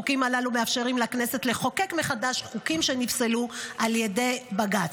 החוקים הללו מאפשרים לכנסת לחוקק מחדש חוקים שנפסלו על ידי בג"ץ.